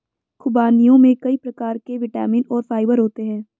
ख़ुबानियों में कई प्रकार के विटामिन और फाइबर होते हैं